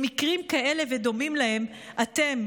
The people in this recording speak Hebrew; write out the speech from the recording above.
למקרים כאלה ודומים להם אתם,